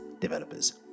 developers